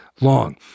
long